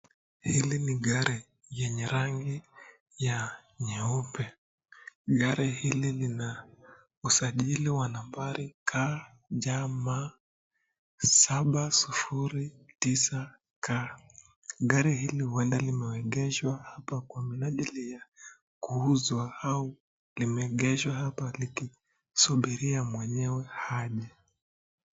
Hili ni gari yenye rangi ya nyeupe. Gari hili lina usajili wa nambari KJM709K. Gari hili huenda limeegeshwa hapa kwa minajili ya kuuzwa au limeegeshwa hapa likisubiria mwenyewe aje.